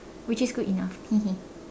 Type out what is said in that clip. which is good enough